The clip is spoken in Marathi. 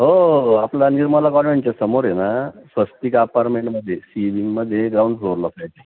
हो आपला निर्माला अपार्मेंटच्या समोर आहे ना स्वस्तिक अपार्टमेंटमध्ये सि विंगमध्ये ग्राउंड फ्लोरला फ्लॅट आहे